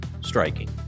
striking